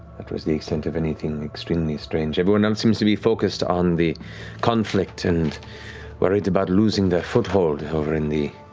that was the extent of anything extremely strange. everyone now seems to be focused on the conflict and worried about losing their foothold over in the